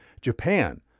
Japan